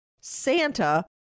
Santa